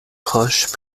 proches